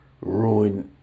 ruin